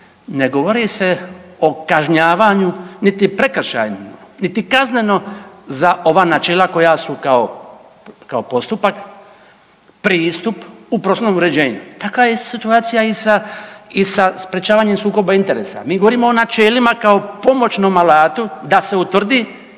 ne govori se o kažnjavanju niti prekršajima, niti kazneno za ova načela koja su kao postupak, pristup u prostornom uređenju. Takva je situacija i sa sprječavanjem sukoba interesa. Mi govorimo o načelima kao pomoćnom alatu da se utvrdi